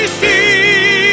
see